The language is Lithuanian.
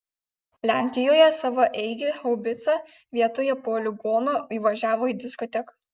lenkijoje savaeigė haubica vietoje poligono įvažiavo į diskoteką